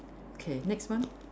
okay next one